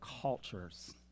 cultures